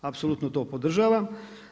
Apsolutno to podržavam.